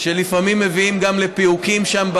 שלפעמים מביאות גם לפיהוקים שם.